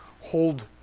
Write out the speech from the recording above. hold